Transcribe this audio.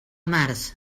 març